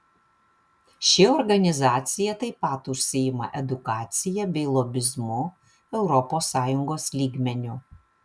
ši organizacija taip pat užsiima edukacija bei lobizmu europos sąjungos lygmeniu